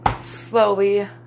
slowly